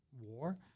war